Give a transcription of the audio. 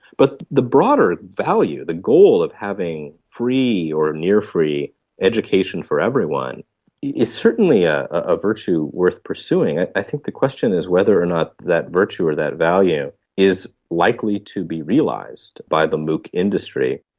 but the broader value, the goal of having free or near-free education for everyone is certainly a ah virtue worth pursuing. i think the question is whether or not that virtue or that value is likely to be realised by the mooc industry.